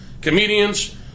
comedians